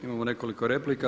Imao nekoliko replika.